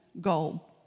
goal